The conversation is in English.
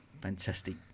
fantastic